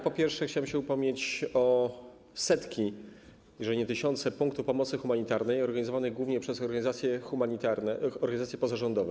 Po pierwsze chciałem się upomnieć o setki, jeżeli nie tysiące punktów pomocy humanitarnej organizowanej głównie przez organizacje humanitarne, organizacje pozarządowe.